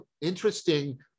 interesting